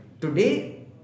Today